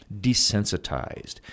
desensitized